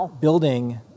building